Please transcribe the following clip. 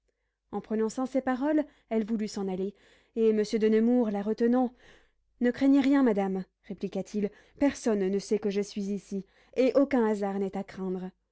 en prononçant ces paroles elle voulut s'en aller et monsieur de nemours la retenant ne craignez rien madame répliqua-t-il personne ne sait que je suis ici et aucun hasard n'est à craindre